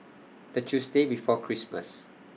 The Tuesday before Christmas